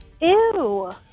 Ew